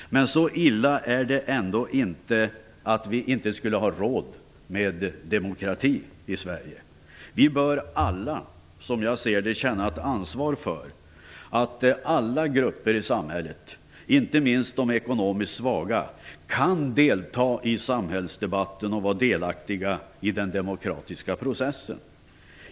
Men så illa är det ändå inte att vi inte skulle ha råd med demokrati i Sverige. Vi bör alla, som jag ser det, känna ett ansvar för att alla grupper i samhället, inte minst de ekonomiskt svaga, kan delta i samhällsdebatten och vara delaktiga i den demokratiska processen.